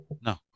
No